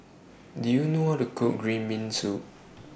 Do YOU know How to Cook Green Bean Soup